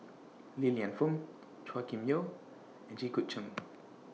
Li Lienfung Chua Kim Yeow and Jit Koon Ch'ng